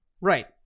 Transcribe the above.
Right